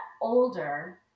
older